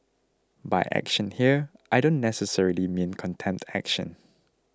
by action here I don't necessarily mean contempt action